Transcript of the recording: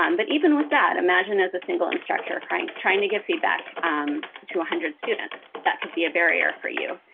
um but even with that, imagine as a single instructor trying trying to give feedback um to one hundred students. that could be a barrier for you.